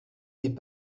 des